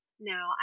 Now